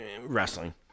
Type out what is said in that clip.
wrestling